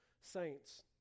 saints